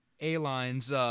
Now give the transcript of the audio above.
A-Line's